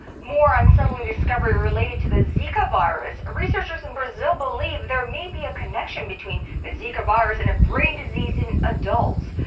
more unsettling discovery related to the zika virus. researchers in brazil believe there may be a connection between the zika virus and a brain disease in adults.